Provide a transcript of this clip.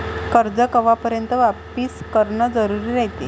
कर्ज कवापर्यंत वापिस करन जरुरी रायते?